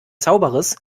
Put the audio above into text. zauberers